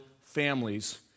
families